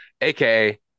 AKA